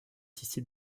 tissé